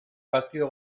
partido